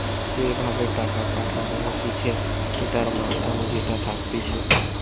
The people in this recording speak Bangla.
যে ভাবে টাকা পাঠানো হতিছে সেটার মাধ্যম যেটা থাকতিছে